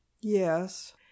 Yes